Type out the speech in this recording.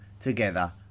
together